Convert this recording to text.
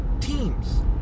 teams